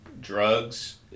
drugs